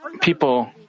people